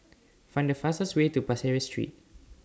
Find The fastest Way to Pasir Ris Street